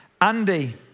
Andy